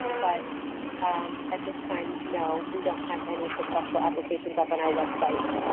um but at this time, no, we don't have any successful applications up on our website.